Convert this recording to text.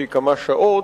שהיא כמה שעות,